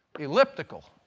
elliptical